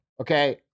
Okay